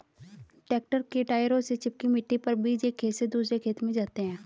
tractor के टायरों से चिपकी मिट्टी पर बीज एक खेत से दूसरे खेत में जाते है